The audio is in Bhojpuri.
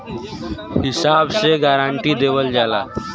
हिसाब से गारंटी देवल जाला